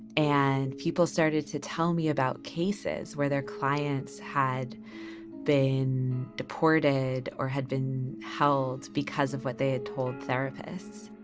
and people started to tell me about cases where their clients had been deported or had been held because of what they had told therapists